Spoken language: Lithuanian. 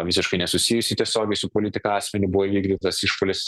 visiškai nesusijusį tiesiogiai su politika asmenį buvo įvykdytas išpuolis